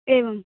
एवम्